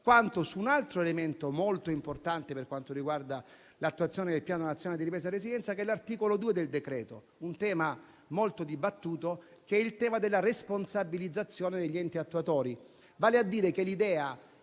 quanto su un altro elemento molto importante per quanto riguarda l'attuazione del Piano nazionale di ripresa e resilienza, che è l'articolo 2 del decreto. Esso tratta un tema molto dibattuto, che è il tema della responsabilizzazione degli enti attuatori. L'idea che alla